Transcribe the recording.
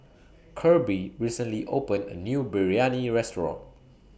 Kirby recently opened A New Biryani Restaurant